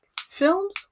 Films